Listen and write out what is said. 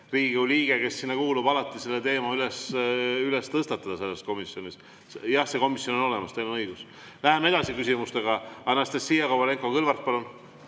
Riigikogu liige, kes sinna kuulub, alati selle teema tõstatada selles komisjonis. Jah, see komisjon on olemas, teil on õigus. Läheme edasi küsimustega. Anastassia Kovalenko-Kõlvart, palun!